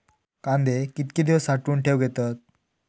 कांदे कितके दिवस साठऊन ठेवक येतत?